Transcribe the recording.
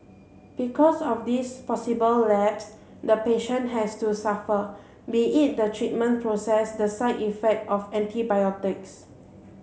because of this possible lapse the patient has to suffer be it the treatment process the side effect of antibiotics